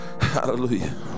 hallelujah